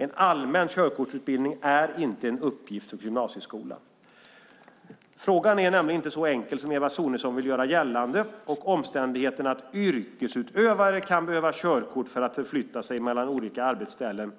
En allmän körkortsutbildning är inte en uppgift för gymnasieskolan. Frågan är nämligen inte så enkel som Eva Sonesson vill göra gällande, och omständigheten att yrkesutövare kan behöva körkort för att förflytta sig mellan olika arbetsställen